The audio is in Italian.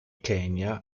kenya